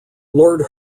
lord